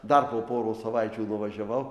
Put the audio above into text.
dar po poros savaičių nuvažiavau